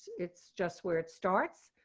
it's just where it starts.